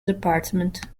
department